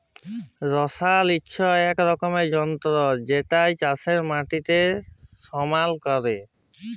roller হচ্যে এক রকমের যন্ত্র জেতাতে চাষের মাটিকে সমাল ক্যরে